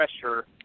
pressure